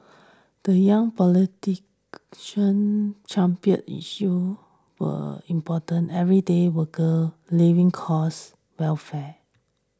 the young politician championed issues were important everyday worker living costs welfare